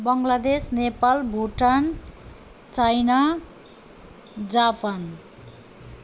Bangladesh Nepal Bhutan China Japan